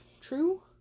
true